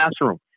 classroom